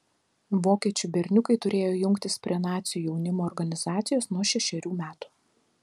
vokiečių berniukai turėjo jungtis prie nacių jaunimo organizacijos nuo šešerių metų